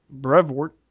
Brevort